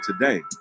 today